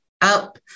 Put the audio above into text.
up